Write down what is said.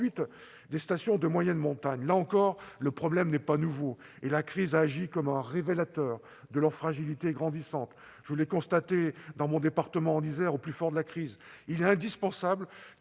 des stations de moyenne montagne, là encore le problème n'est pas nouveau et la crise a agi comme un révélateur de leur fragilité grandissante. Je l'ai constaté dans mon département, en Isère, au plus fort de la crise. Il est indispensable que